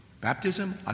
Baptism